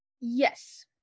Yes